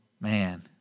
Man